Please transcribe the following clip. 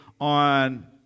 on